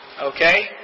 Okay